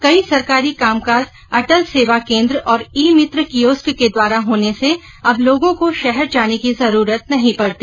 कई सरकारी कामकाज अटल सेवा केन्द्र और ई मित्र कियोस्क के द्वारा होने से अब लोगों को शहर जाने की जरूरत नहीं पडती